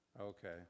Okay